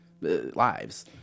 lives